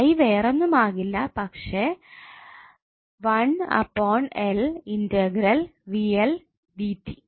i വേറൊന്നും ആകില്ല പക്ഷെ 1 upon L integral d T